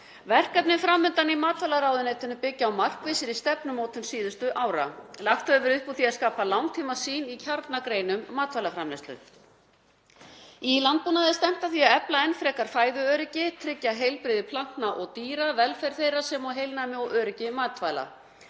Verkefni fram undan í matvælaráðuneytinu byggja á markvissri stefnumótun síðustu ára. Lagt hefur verið upp úr því að skapa langtímasýn í kjarnagreinum matvælaframleiðslu. Í landbúnaði er stefnt að því að efla enn frekar fæðuöryggi, tryggja heilbrigði plantna og dýra, velferð þeirra sem og heilnæmi og öryggi matvæla.